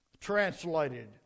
translated